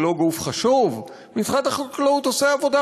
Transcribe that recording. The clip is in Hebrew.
מכיוון שנתוני